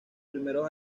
primeros